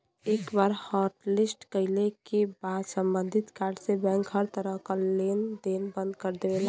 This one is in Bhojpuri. एक बार हॉटलिस्ट कइले क बाद सम्बंधित कार्ड से बैंक हर तरह क लेन देन बंद कर देला